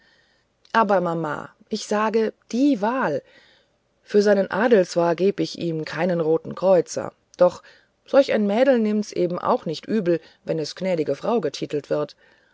aber mama ich sage die wahl für seinen adel zwar geb ich ihm keinen roten kreuzer doch solch ein mädel nimmt's eben auch nicht übel wenn es gnädige frau getitelt wird